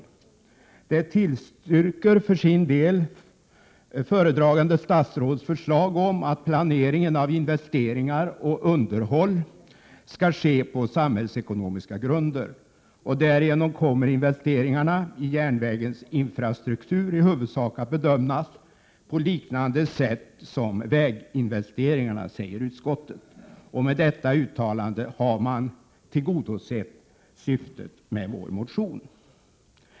Utskottet tillstyrker för sin del föredragande statsrådets förslag om att planeringen av investeringar och underhåll skall ske på samhällsekonomiska grunder. Därmed kommer investeringarna i järnvägens infrastruktur i huvudsak att bedömas på liknande sätt som gäller för väginvesteringarna, säger utskottet. Med detta uttalande har man tillgodosett syftet med vår motion.